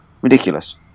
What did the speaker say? Ridiculous